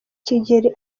kigeli